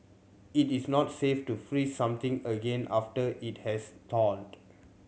it is not safe to freeze something again after it has thawed